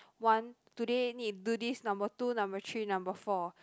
one today need to do this number two number three number four